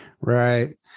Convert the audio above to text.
right